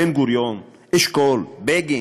בן-גוריון, אשכול, בגין,